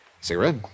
Cigarette